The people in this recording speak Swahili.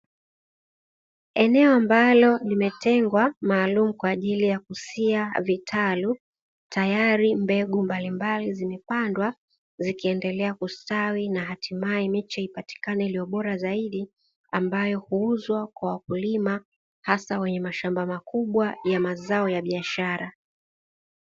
Eneo ambalo limetengwa maalumu kwa ajili ya kusia vitalu, tayari mbegu mbalimbali zimepandwa; zikiendelea kustawi na hatimaye miche ipatikane iliyo bora zaidi; ambayo huuzwa kwa wakulima hasa wenye mashamba makubwa ya mazao ya biashara.